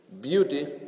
beauty